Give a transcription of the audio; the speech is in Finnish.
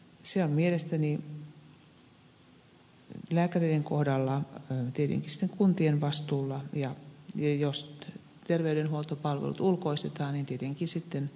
se on mielestäni lääkäreiden kohdalla tietenkin sitten kuntien vastuulla ja jos terveydenhuoltopalvelut ulkoistetaan niin tietenkin sitten ulkoistetun yrityksen työnantajan vastuulla